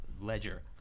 Ledger